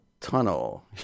tunnel